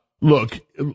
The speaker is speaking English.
Look